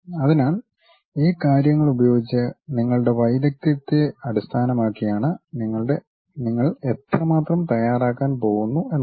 അതിനാൽ ഈ കാര്യങ്ങൾ ഉപയോഗിച്ച് നിങ്ങളുടെ വൈദഗ്ധ്യത്തെ അടിസ്ഥാനമാക്കി ആണ് നിങ്ങൾ എത്രമാത്രം തയ്യാറാക്കാൻ പോകുന്നു എന്നത്